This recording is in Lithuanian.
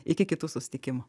iki kitų susitikimų